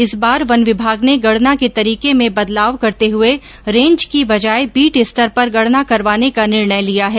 इस बार वन विभाग ने गणना के तरीके में बदलाव करते हुए रेंज की बजाय बीट स्तर पर गणना करवाने का निर्णय लिया है